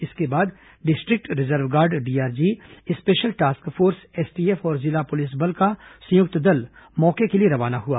इसके बाद district reserve guard DRG special task force STF और जिला पुलिस बल का संयुक्त दल मौके के लिए रवाना किया गया